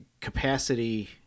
capacity